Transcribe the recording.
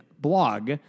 blog